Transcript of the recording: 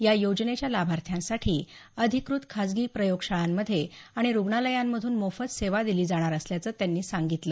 या योजनेच्या लाभार्थ्यांसाठी अधिकृत खाजगी प्रयोगशाळांमध्ये आणि रुग्णालयांमधून मोफत सेवा दिली जाणार असल्याचं त्यांनी सांगितलं